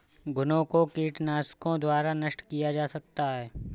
घुनो को कीटनाशकों द्वारा नष्ट किया जा सकता है